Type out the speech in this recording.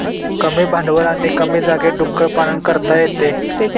कमी भांडवल आणि कमी जागेत डुक्कर पालन करता येते